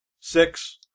six